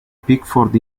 pickford